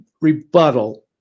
rebuttal